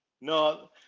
No